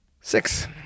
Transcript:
Six